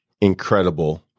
incredible